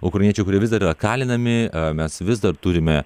ukrainiečių kurie vis dar yra kalinami a mes vis dar turime